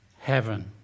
heaven